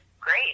great